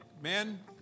Men